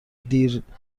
دیرزمانی